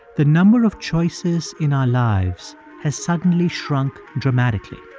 the number of choices in our lives has suddenly shrunk dramatically.